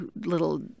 little